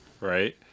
right